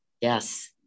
Yes